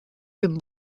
been